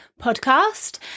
podcast